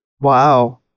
Wow